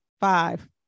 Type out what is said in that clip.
Five